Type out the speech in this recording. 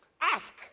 Ask